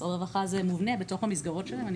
משרד הרווחה זה מובנה בתוך המסגרות שלהם.